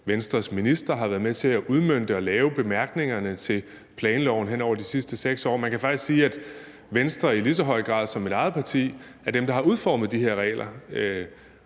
Venstres minister har været med til at udmønte og lave bemærkningerne til planloven hen over de sidste 6 år; man kan faktisk sige, at Venstre i lige så høj grad som mit eget parti er dem, der har udformet de her regler.